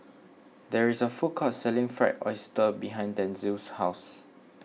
there is a food court selling Fried Oyster behind Denzil's house